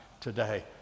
today